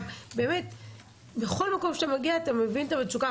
אתה מבין את המצוקה.